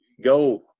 go